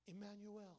Emmanuel